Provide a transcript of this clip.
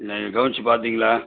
நீங்கள் கவனித்து பார்த்தீங்களா